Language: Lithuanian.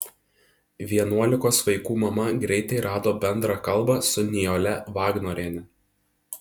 vienuolikos vaikų mama greitai rado bendrą kalbą su nijole vagnoriene